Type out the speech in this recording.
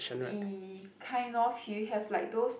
kind of you have like those